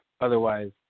Otherwise